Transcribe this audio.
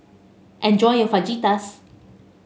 enjoy your Fajitas